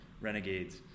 renegades